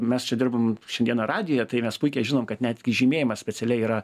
mes čia dirbam šiandieną radijuje tai mes puikiai žinom kad netgi žymėjimas specialiai yra